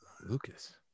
Lucas